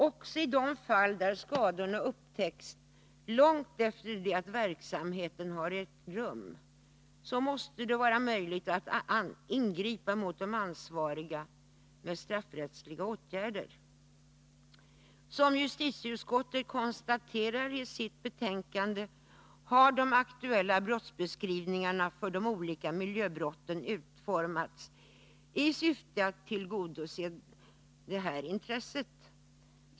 Också i de fall när skadorna upptäcks långt efter det att verksamheten har ägt rum måste det vara möjligt att med straffrättsliga åtgärder ingripa mot de ansvariga. Som justitieutskottet konstaterar i sitt betänkande har de aktuella brottsbeskrivningarna för de olika miljöbrotten utformats i syfte att tillgodose detta intresse.